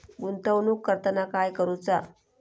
गुंतवणूक करताना काय करुचा?